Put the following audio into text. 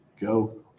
go